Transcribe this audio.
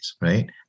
right